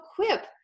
equip